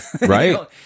Right